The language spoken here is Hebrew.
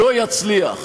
לא יצליח.